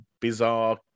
bizarre